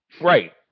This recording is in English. Right